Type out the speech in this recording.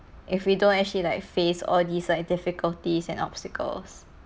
if we don't actually like face all these like difficulties and obstacles